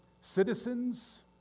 citizens